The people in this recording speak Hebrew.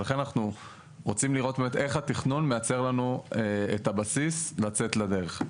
לכן אנחנו רוצים לראות באמת איך התכנון מייצר לנו את הבסיס לצאת לדרך.